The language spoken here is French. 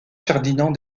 ferdinand